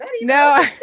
no